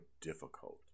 difficult